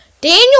Daniel